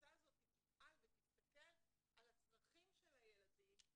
המועצה הזאת תפעל ותסתכל על הצרכים של הילדים,